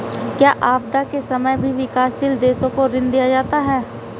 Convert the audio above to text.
क्या आपदा के समय भी विकासशील देशों को ऋण दिया जाता है?